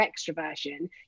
extroversion